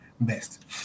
best